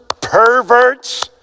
perverts